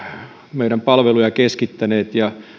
meidän palvelujamme keskittäneet